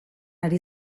ari